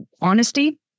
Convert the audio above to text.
honesty